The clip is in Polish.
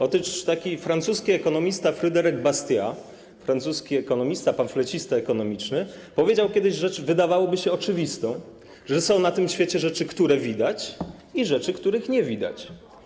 Otóż francuski ekonomista Fryderyk Bastiat, francuski ekonomista, pamflecista ekonomiczny, powiedział kiedyś rzecz, wydawałoby się, oczywistą, że są na tym świecie rzeczy, które widać, i rzeczy, których nie widać.